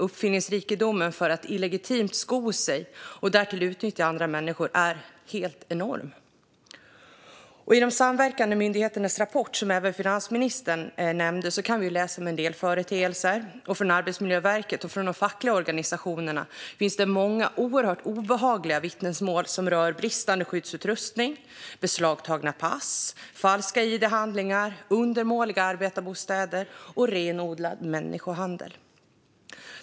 Uppfinningsrikedomen för att illegitimt sko sig och därtill utnyttja andra människor är helt enorm. I de samverkande myndigheternas rapport, som även finansministern nämnde, kan vi läsa om en del företeelser. Från Arbetsmiljöverket och de fackliga organisationerna finns det också många oerhört obehagliga vittnesmål som rör bristande skyddsutrustning, beslagtagna pass, falska id-handlingar, undermåliga arbetarbostäder och renodlad människohandel.